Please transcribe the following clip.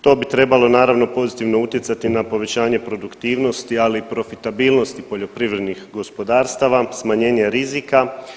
To bi trebalo naravno pozitivno utjecati na povećanje produktivnosti, ali i profitabilnosti poljoprivrednih gospodarstava, smanjenje rizika.